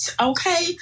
okay